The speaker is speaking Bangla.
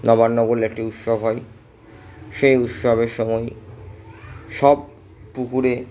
নবান্ন বলে একটি উৎসব হয় সেই উৎসবের সময় সব পুকুরে